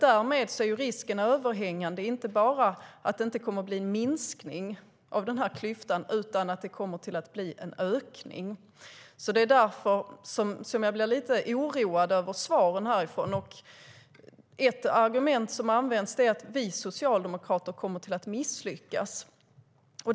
Därmed är risken överhängande, inte bara för att det inte kommer att bli en minskning av denna klyfta utan för att det kommer att bli en ökning. Det är därför som jag blir lite oroad över svaren. Ett argument som används är att vi socialdemokrater kommer att misslyckas.